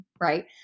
Right